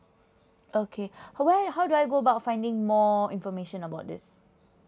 okay how do I how do I go about finding more information about this